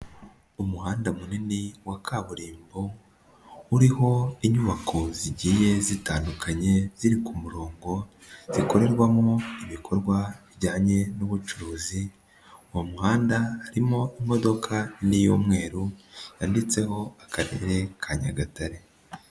Umuhanda munini wa kaburimbo uriho inyubako zigiye zitandukanye, ziri ku murongo zikorerwamo ibikorwa bijyanye n'ubucuruzi, uwo muhanda harimo imodoka nini y'umweru yanditseho Akarere ka Nyagatare.